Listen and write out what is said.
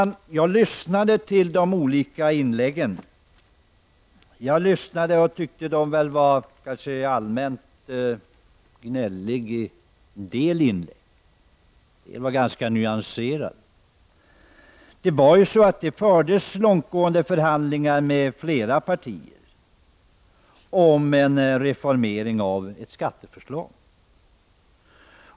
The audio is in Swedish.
När jag lyssnade till de olika inläggen tyckte jag att en del var litet allmänt gnälliga, medan andra var ganska nyanserade. Det fördes långtgående förhandlingar med flera partier om en reformering av ett skatteförslag.